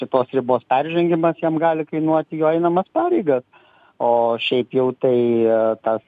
šitos ribos peržengimas jam gali kainuoti jo einamas pareigas o šiaip jau tai tas